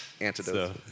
antidote